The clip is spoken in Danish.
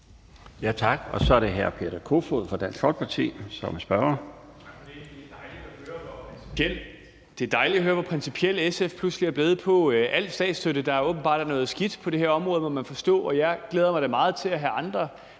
Tak. Så er det hr. Peter Kofod fra Dansk Folkeparti som spørger.